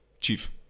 chief